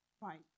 right